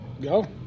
Go